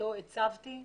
שאותו הצבתי,